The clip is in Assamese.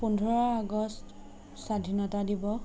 পোন্ধৰ আগষ্ট স্বাধীনতা দিৱস